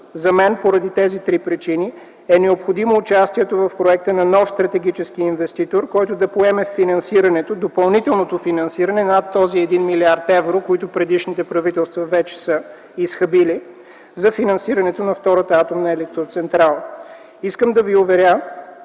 мен по тези три причини е необходимо участието в проекта на нов стратегически инвеститор, който да поеме допълнителното финансиране над тези 1 млрд. евро, които предишните правителства вече са изхабили за финансирането на втора атомна електроцентрала. Господин Димитров,